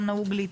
ונועלות.